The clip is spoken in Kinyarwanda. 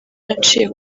naciye